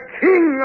king